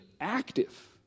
active